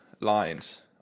lines